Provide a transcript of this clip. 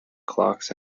clocks